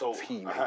team